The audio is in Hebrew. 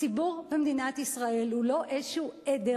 הציבור במדינת ישראל הוא לא איזה עדר